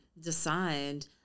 decide